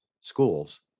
schools